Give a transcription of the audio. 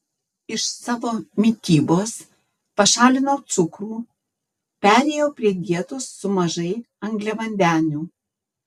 iš savo mitybos pašalinau cukrų perėjau prie dietos su mažai angliavandenių